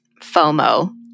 FOMO